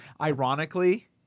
ironically